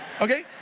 okay